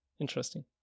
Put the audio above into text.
Interesting